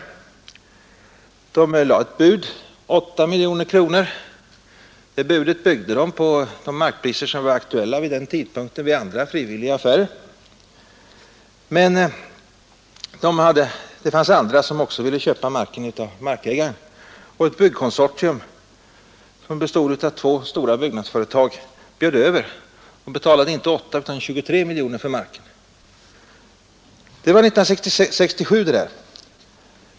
Kommunen lade ett bud — 8 miljoner kronor — och det budet byggde kommunen på de markpriser som var aktuella vid den tidpunkten när det gällde andra frivilliga affärer. Men det fanns flera som ville köpa marken av markägaren. Ett byggkonsortium bestående av två stora byggnadsföretag bjöd över och betalade inte 8 utan 23 miljoner för marken. Det var 1967.